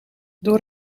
door